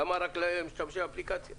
למה רק למשתמש האפליקציה?